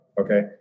okay